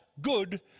good